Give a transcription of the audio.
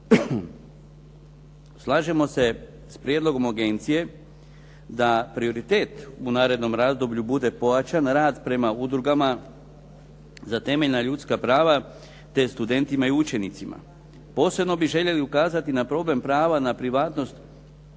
Slažemo se s prijedlogom agencije da prioritet u narednom razdoblju bude pojačan rad prema udrugama za temeljna ljudska prava te studentima i učenicima. Posebno bi željeli ukazati na problem prava na privatnost